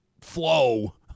flow